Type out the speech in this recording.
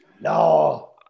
No